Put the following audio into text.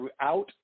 throughout